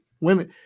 women